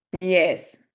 yes